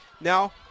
Now